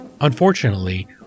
Unfortunately